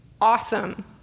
awesome